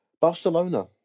Barcelona